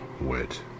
wet